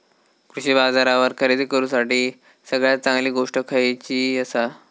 कृषी बाजारावर खरेदी करूसाठी सगळ्यात चांगली गोष्ट खैयली आसा?